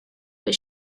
but